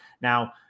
Now